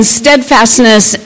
steadfastness